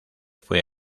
fue